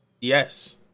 Yes